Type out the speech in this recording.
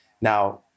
Now